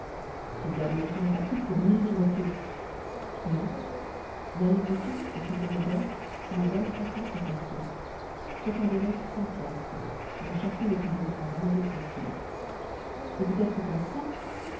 et bien vous n'en serez pas quitte pour mille livres turques note la livre turque est une monnaie d'or qui vaut vingt-trois francs soit environ cent piastres dont chacune équivaut à vingt-deux centimes et peut-être quinze cents